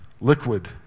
liquid